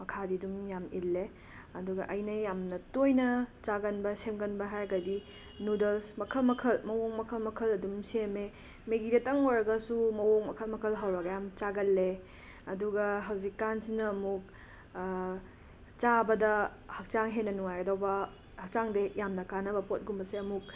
ꯃꯈꯥꯗꯤ ꯑꯗꯨꯝ ꯌꯥꯝ ꯏꯜꯂꯦ ꯑꯗꯨꯒ ꯑꯩꯅ ꯌꯥꯝꯅ ꯇꯣꯏꯅ ꯆꯥꯒꯟꯕ ꯁꯦꯝꯒꯅꯕ ꯍꯥꯏꯔꯒꯗꯤ ꯅꯨꯗꯜꯁ ꯃꯈꯜ ꯃꯈꯜ ꯃꯋꯣꯡ ꯃꯈꯜ ꯃꯈꯜ ꯑꯗꯨꯝ ꯁꯦꯝꯃꯦ ꯃꯦꯒꯤꯈꯇꯪ ꯑꯣꯏꯔꯒꯁꯨ ꯃꯋꯣꯡ ꯃꯈꯜ ꯃꯈꯜ ꯍꯧꯔꯒ ꯌꯥꯝ ꯆꯥꯒꯜꯂꯦ ꯑꯗꯨꯒ ꯍꯧꯖꯤꯛꯀꯥꯟꯁꯤꯅ ꯑꯃꯨꯛ ꯆꯥꯕꯗ ꯍꯛꯆꯥꯡ ꯍꯦꯟꯅ ꯅꯨꯡꯉꯥꯏꯒꯗꯕ ꯍꯛꯆꯥꯡꯗ ꯌꯥꯝꯅ ꯀꯥꯟꯅꯕ ꯄꯣꯠꯒꯨꯝꯕꯁꯦ ꯑꯃꯨꯛ